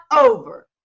over